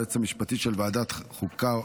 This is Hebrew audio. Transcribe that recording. היועץ המשפטי של ועדת החוקה,